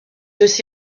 aussi